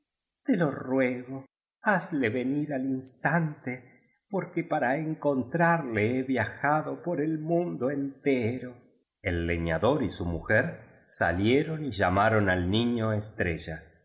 te lo ruego haz le vnir al instante porque para encontrarle he viajado por el mundo entero el leñador y su mujer salieron y llamaron al niño es trella